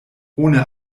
ohne